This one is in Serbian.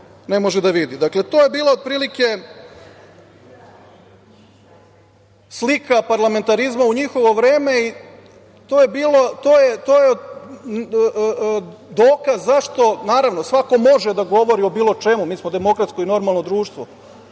ne može da vidi. Dakle, to je bila otprilike slika parlamentarizma u njihovo vreme i to je dokaz zašto, naravno, svako može da govori o bilo čemu, mi smo demokratsko i normalno društvo,